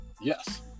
Yes